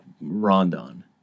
Rondon